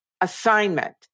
assignment